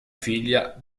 figlia